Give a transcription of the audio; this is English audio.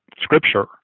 Scripture